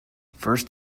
first